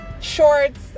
shorts